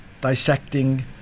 dissecting